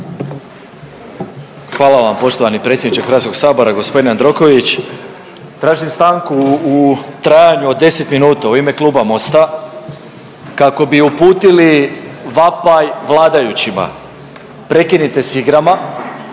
Hvala vam poštovani predsjedniče HS-a g. Jandroković, tražim stanku u trajanju od 10 minuta u ime Kluba Mosta kako bi uputili vapaj vladajućima. Prekinite s igrama,